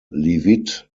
leavitt